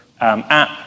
app